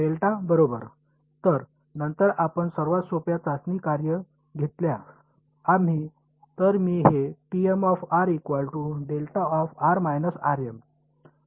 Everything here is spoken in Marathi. डेल्टा बरोबर तर नंतर आपण सर्वात सोप्या चाचणी कार्य घेतल्यास आम्ही तर मी हे असेच लिहिले आहे